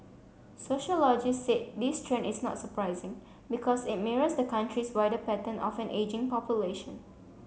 sociologist said this trend is not surprising because it mirrors the country's wider pattern of an ageing population